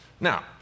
Now